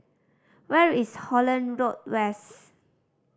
where is Holland Road West